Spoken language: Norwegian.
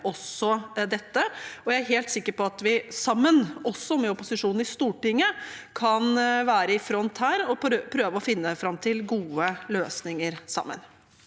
Jeg er helt sikker på at vi sammen, også med opposisjonen i Stortinget, kan være i front her og prøve å finne fram til gode løsninger. Tage